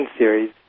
series